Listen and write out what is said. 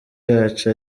yacu